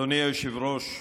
אדוני היושב-ראש,